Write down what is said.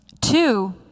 Two